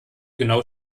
genau